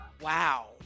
Wow